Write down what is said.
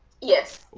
yes